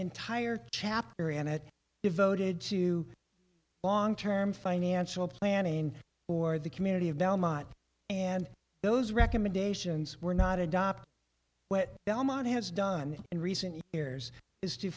entire chapter and it devoted to long term financial planning for the community of belmont and those recommendations were not adopt what belmont has done in recent years is to